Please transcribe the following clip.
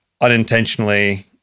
unintentionally